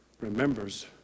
remembers